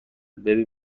ببین